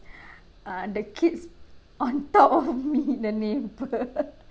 uh the kids on top of me the neighbour